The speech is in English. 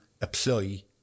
apply